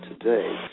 today